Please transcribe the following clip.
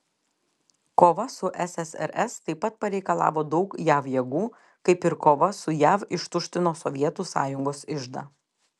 kova su ssrs taip pat pareikalavo daug jav jėgų kaip ir kova su jav ištuštino sovietų sąjungos iždą